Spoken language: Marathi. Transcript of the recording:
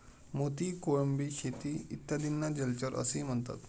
मोती, कोळंबी शेती इत्यादींना जलचर असेही म्हणतात